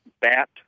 bat